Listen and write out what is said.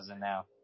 now